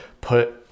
Put